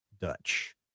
Dutch